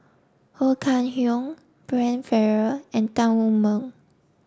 Ho Kah Leong Brian Farrell and Tan Wu Meng